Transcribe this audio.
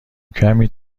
کمی